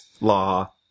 law